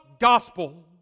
gospel